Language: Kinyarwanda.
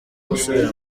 gusubira